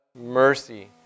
mercy